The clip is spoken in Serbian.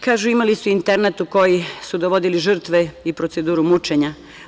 Kažu - imali su internat u koji su dovodili žrtve i proceduru mučenja.